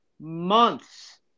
months